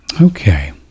Okay